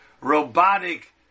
robotic